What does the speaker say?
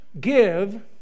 give